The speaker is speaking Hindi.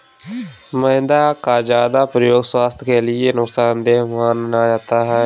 मैदा का ज्यादा प्रयोग स्वास्थ्य के लिए नुकसान देय माना जाता है